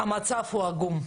המצב הוא עגום,